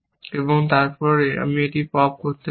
এবং তারপর আমি এটি পপ করতে পারি